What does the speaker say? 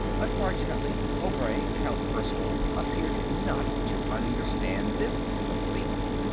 unfortunately, obray, count erskyll, appeared not to understand this completely.